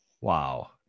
wow